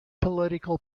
political